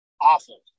awful